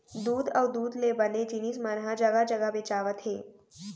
दूद अउ दूद ले बने जिनिस मन ह जघा जघा बेचावत हे